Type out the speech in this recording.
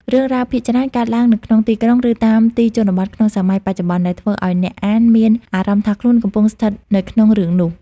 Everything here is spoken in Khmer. រឿងរ៉ាវភាគច្រើនកើតឡើងនៅក្នុងទីក្រុង ឬតាមទីជនបទក្នុងសម័យបច្ចុប្បន្ន ដែលធ្វើឲ្យអ្នកអានមានអារម្មណ៍ថាខ្លួនកំពុងស្ថិតនៅក្នុងរឿងនោះ។